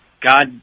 God